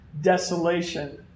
desolation